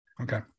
Okay